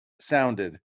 sounded